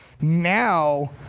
now